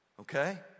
okay